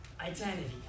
identity